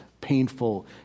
painful